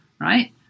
right